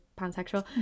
pansexual